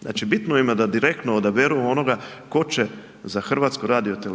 znači, bitno im je da direktno odaberu onoga tko će za HRT